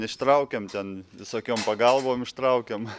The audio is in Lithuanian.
ištraukiam ten visokiom pagalbom ištraukiam